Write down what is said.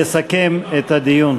לסכם את הדיון.